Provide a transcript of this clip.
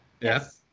Yes